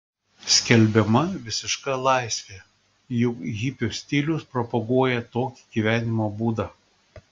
skelbiama visiška laisvė juk hipių stilius propaguoja tokį gyvenimo būdą